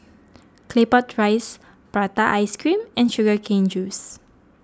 Claypot Rice Prata Ice Cream and Sugar Cane Juice